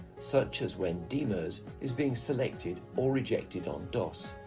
such as when dmirs is being selected or rejected on dos.